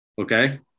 Okay